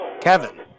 Kevin